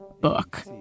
book